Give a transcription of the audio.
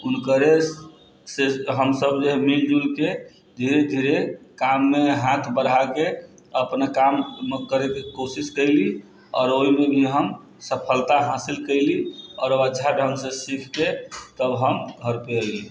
हुनकरे से हमसब जे मिलिजुलिकऽ धीरे धीरे काममे हाथ बढ़ाके अपना काम करैके कोशिश कएली आओर ओहिमे भी हम सफलता हासिल कएली आओर अब अच्छा ढङ्गसँ सीखिकऽ तब हम घरपर अएली